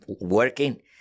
working